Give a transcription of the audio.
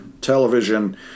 television